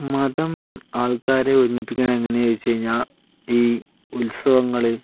മതം ആൾക്കാരെ ഒരുമിപ്പിക്കുന്നത് എങ്ങനെയാന്ന് ചോദിച്ചു കഴിഞ്ഞാൽ ഈ ഉത്സവങ്ങള്